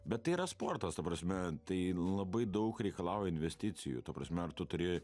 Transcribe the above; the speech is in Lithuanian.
bet tai yra sportas ta prasme tai labai daug reikalauja investicijų ta prasme ar tu turi